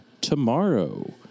tomorrow